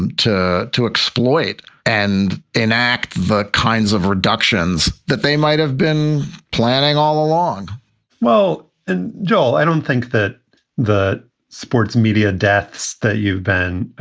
and to to exploit and enact the kinds of reductions that they might have been planning all along well, and joel, i don't think that the sports media deaths that you've been.